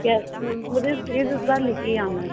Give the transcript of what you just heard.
yes मुझे इस बार लेकर ही आना है